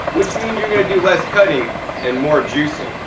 which means you're gonna do less cutting and more juicing.